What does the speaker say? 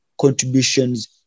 contributions